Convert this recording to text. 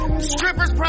strippers